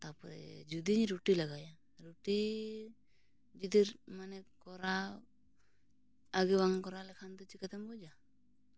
ᱛᱟᱨᱯᱚᱨᱮ ᱡᱩᱫᱤᱧ ᱨᱩᱴᱤ ᱞᱮᱜᱟᱭᱟ ᱨᱩᱴᱤ ᱡᱩᱫᱤ ᱢᱟᱱᱮ ᱠᱚᱨᱟᱣ ᱟᱜᱮ ᱵᱟᱝ ᱠᱚᱨᱟᱣ ᱞᱮᱠᱷᱟᱱ ᱫᱚ ᱪᱤᱠᱟᱹᱛᱮᱢ ᱵᱩᱡᱟ